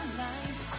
life